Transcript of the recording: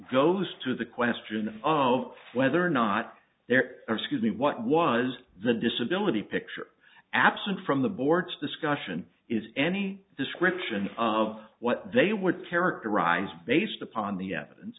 goes to the question of whether or not there are skinny what was the disability picture absent from the board's discussion is any description of what they would characterize based upon the evidence